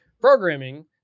programming